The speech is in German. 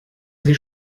sie